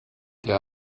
der